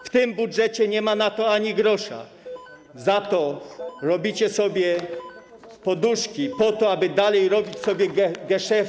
W tym budżecie nie ma na to ani grosza, za to robicie sobie poduszki po to, aby dalej robić sobie geszefty.